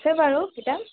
আছে বাৰু কিতাপ